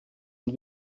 und